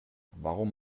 warum